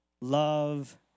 love